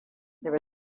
there